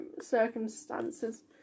circumstances